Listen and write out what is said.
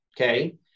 Okay